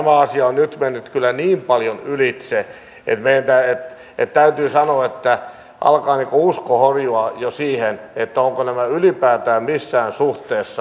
tämä asia on nyt mennyt kyllä niin paljon ylitse että täytyy sanoa että alkaa jo usko horjua siihen ovatko nämä virheistä annettavat rangaistukset ylipäätään missään suhteessa